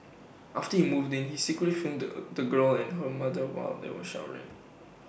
after he moved in he secretly filmed the girl and her mother while they were showering